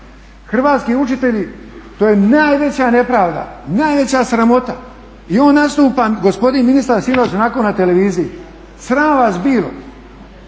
Hrvatski učitelji, to je najveća nepravda, najveća sramota i on nastupa, gospodin ministar sinoć onako na televiziji. Sram vas bilo!